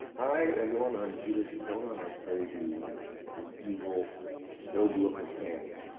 hi everyone. i'm peter shinkoda, and i play the the evil nobu of the hand.